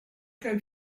club